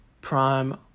prime